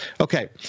Okay